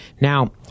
Now